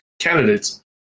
candidates